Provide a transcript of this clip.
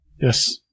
Yes